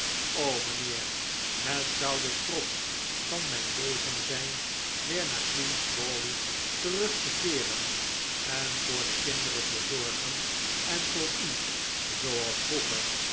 o mijnheer het zou de trots van mijn leven zijn weer naar queen's crawley terug te keeren en voor de kinderen te zorgen en voor u zooals vroeger